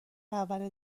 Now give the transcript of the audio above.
اول